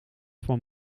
van